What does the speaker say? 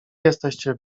jesteście